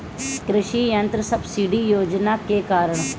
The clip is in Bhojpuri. कृषि यंत्र सब्सिडी योजना के कारण?